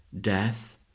death